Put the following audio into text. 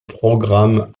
programme